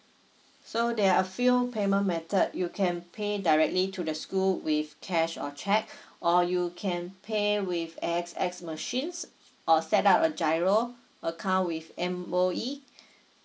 so there are a few payment method you can pay directly to the school with cash or cheque or you can pay with A_X_S machines or set up a giro account with M_O_E